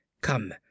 Come